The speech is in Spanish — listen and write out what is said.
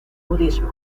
budismo